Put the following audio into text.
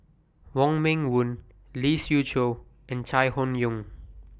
Wong Meng Voon Lee Siew Choh and Chai Hon Yoong